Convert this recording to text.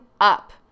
up